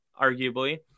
arguably